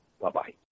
Bye-bye